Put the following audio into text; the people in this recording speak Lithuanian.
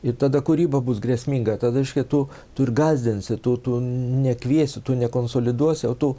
ir tada kūryba bus grėsminga tada reiškia tu tu ir gąsdinsi tu tu ne kviesi tu ne konsoliduosi o tu